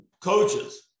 Coaches